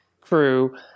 crew